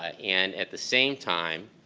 and at the same time,